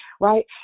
right